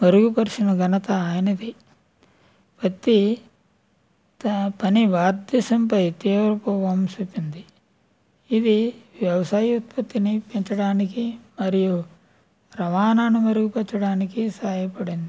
మెరుగుపరచిన ఘనత ఆయనది వ్యక్తి తన పని వాగ్దేశంపై తీవ్రపు ప్రభావం చూపింది ఇది వ్యవసాయ ఉత్పత్తిని పెంచడానికి మరియు రవాణాను మెరుగుపరచడానికి సహాయపడింది